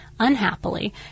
Unhappily